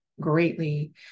greatly